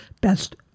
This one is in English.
best